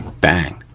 bang,